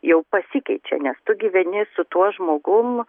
jau pasikeičia nes tu gyveni su tuo žmogum